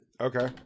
Okay